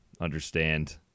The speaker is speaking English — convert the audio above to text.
understand